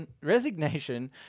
resignation